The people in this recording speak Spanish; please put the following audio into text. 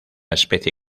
especie